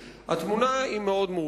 התמונה היא מאוד מורכבת.